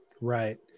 right